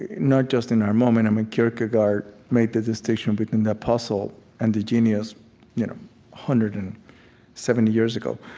not just in our moment i mean kierkegaard made the distinction between the apostle and the genius one you know hundred and seventy years ago.